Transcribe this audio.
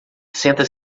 senta